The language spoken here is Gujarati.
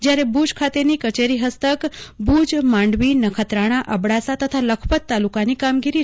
જયારે ભુજ ખાતેની કચેરી હસ્તક ભુજમાંડવીનખત્રાણાઅબડાસા તથા લખપત તાલુકાની કામગીરી રહેશે